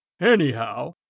anyhow